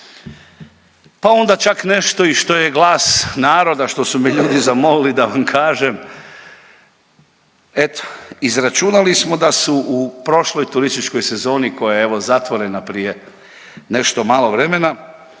Pa onda čak nešto i što je glas naroda, što su me ljudi zamolili da vam kažem, eto izračunali smo da su prošloj turističkoj sezoni koja je evo zatvorena prije nešto malo vremena,